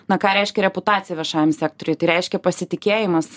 na ką reiškia reputacija viešajam sektoriui tai reiškia pasitikėjimas